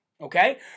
Okay